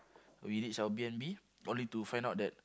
we reach our B_N_B only to find out that